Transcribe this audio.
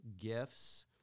gifts